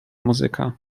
muzyka